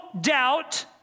doubt